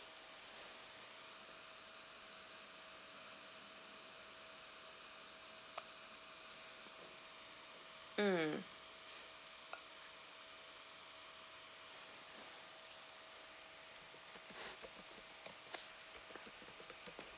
mm